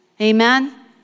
Amen